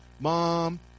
mom